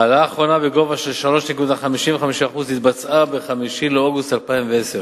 ההעלאה האחרונה בגובה 3.55% התבצעה ב-5 באוגוסט 2010